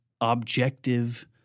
objective